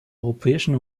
europäischen